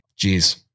Jeez